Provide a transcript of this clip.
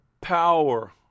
power